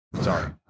Sorry